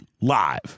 live